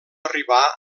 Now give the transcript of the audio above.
arribar